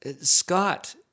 Scott